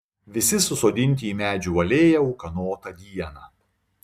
visi susodinti į medžių alėją ūkanotą dieną